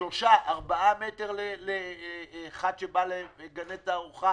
שלושה, ארבעה מטרים לאחד שבא לגני התערוכה,